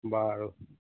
বাৰু